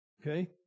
Okay